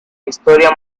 historia